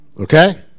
Okay